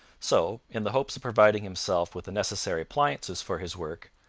so, in the hopes of providing himself with the necessary appliances for his work,